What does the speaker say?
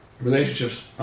relationships